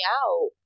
out